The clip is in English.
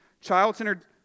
Child-centered